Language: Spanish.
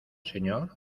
señor